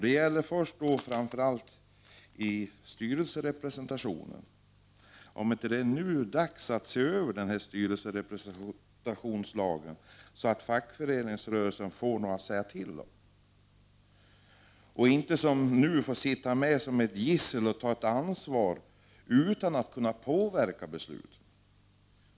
Det gäller framför allt styrelserepresentationen. Är det inte nu dags att se över styrelserepresentationslagen, så att fackföreningsrörelsen får någonting att säga till om? För närvarande får fackrepresentanterna sitta med som gisslan och ta ansvar utan att kunna påverka besluten.